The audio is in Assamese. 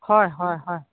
হয় হয় হয়